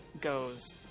goes